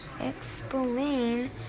Explain